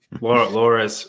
Laura